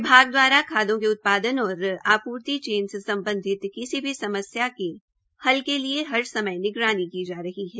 विभाग द्वारा खादों उत्पादन और आपूर्ति चेन से सम्बधित किसी भी समस्या के हल के लिए हर समय निगरानी की जा रही है